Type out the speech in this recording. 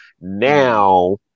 now